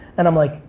and i'm like,